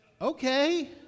okay